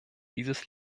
dieses